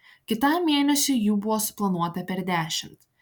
kitam mėnesiui jų buvo suplanuota per dešimt